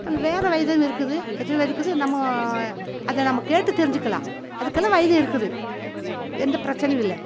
வேறு வைத்தியமும் இருக்குது நம்ம அதை நம்ம கேட்டு தெரிஞ்சுக்கலாம் அதுக்கல்லாம் வைத்தியம் இருக்குது எந்த பிரச்சனையும் இல்லை